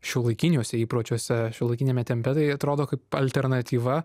šiuolaikiniuose įpročiuose šiuolaikiniame tempe tai atrodo kaip alternatyva